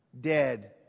Dead